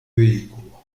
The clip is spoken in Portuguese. veículo